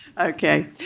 Okay